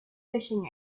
fishing